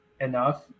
enough